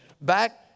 back